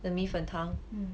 the 米粉汤